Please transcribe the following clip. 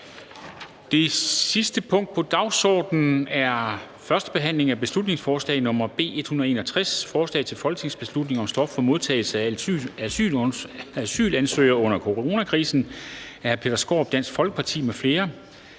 Det sidste punkt på dagsordenen er: 6) 1. behandling af beslutningsforslag nr. B 161: Forslag til folketingsbeslutning om stop for modtagelse af asylansøgere under coronakrisen. Af Peter Skaarup (DF) m.fl.